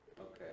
Okay